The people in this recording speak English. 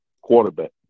quarterback